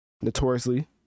notoriously